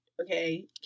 Okay